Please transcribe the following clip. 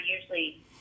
usually